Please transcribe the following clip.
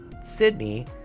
sydney